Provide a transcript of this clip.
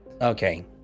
okay